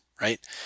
right